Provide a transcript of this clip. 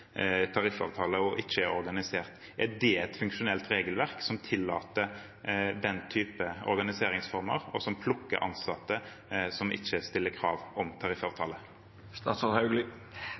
tariffavtale og ikke er organisert. Er det et funksjonelt regelverk som tillater den type organiseringsformer og å plukke ansatte som ikke stiller krav om tariffavtale?